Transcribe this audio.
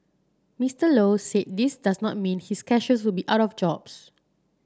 Mister Low said this does not mean his cashiers will be out of jobs